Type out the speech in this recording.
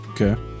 Okay